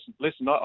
listen